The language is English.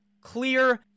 clear